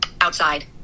Outside